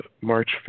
March